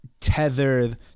tethered